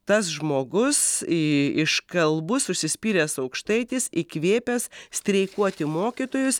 tas žmogus iškalbus užsispyręs aukštaitis įkvėpęs streikuoti mokytojus